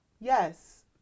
yes